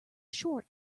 short